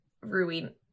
ruin